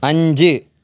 അഞ്ച്